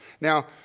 Now